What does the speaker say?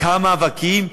כמה מאבקים,